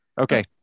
Okay